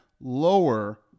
lower